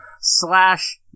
slash